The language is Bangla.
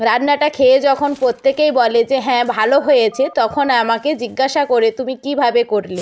রান্নাটা খেয়ে যখন প্রত্যেকেই বলে হ্যাঁ ভালো হয়েছে তখন আমাকে জিজ্ঞাসা করে তুমি কীভাবে করলে